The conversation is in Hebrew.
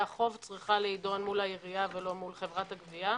החוב צריכה להידון מול העירייה ולא מול חברת הגבייה.